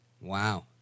Wow